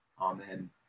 Amen